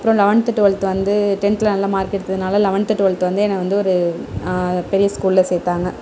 அப்புறோம் eleventh twelfth வந்து டென்தில் நல்ல மார்க் எடுத்ததனால லெவன்த் ட்வெல்த் வந்து என்னை வந்து ஒரு பெரிய ஸ்கூலில் சேர்த்தாங்க